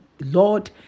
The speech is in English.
lord